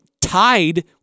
tied